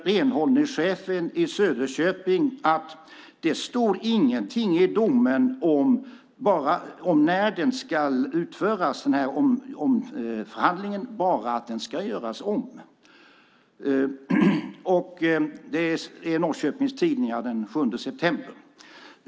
Renhållningschefen i Söderköping säger att det inte står någonting i domen om när den här omförhandlingen ska utföras. Det står bara att den ska göras om. Det står i Norrköpings Tidningar den 7 september.